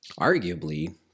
arguably